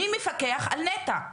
מי מפקח על נת"ע?